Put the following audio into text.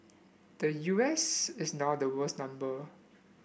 the U S is now the world's number